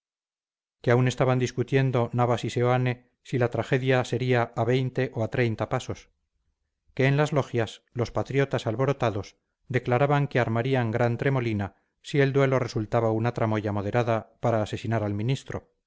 que aún estaban discutiendo navas y seoane si la tragedia sería a veinte o a treinta pasos que en las logias los patriotas alborotados declaraban que armarían gran tremolina si el duelo resultaba una tramoya moderada para asesinar al ministro